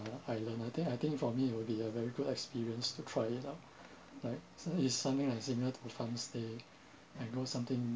a island I think I think for me it would be a very good experience to try it out like is something like similar to farmstay and go something